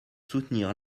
soutenir